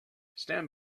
stand